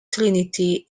trinity